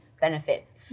benefits